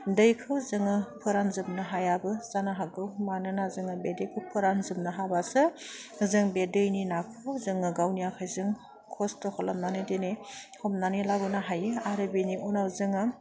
दैखौ जोङो फोरानजोबनो हायाबो जानो हागौ मानोना जोङो बे दैखौ फोरानजोबनो हाबासो जों बे दैनि नाखौ जोङो गावनि आखाइजों खस्थ' खालामनानै दिनै हमनानै लाबोनो हायो आरो बिनि उनाव जोङो